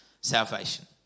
Salvation